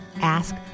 ask